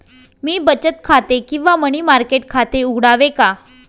मी बचत खाते किंवा मनी मार्केट खाते उघडावे का?